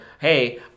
hey